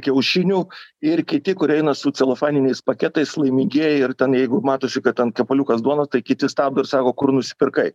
kiaušinių ir kiti kurie eina su celofaniniais paketais laimingieji ir ten jeigu matosi kad ten kepaliukas duonos tai kiti stabdo ir sako kur nusipirkai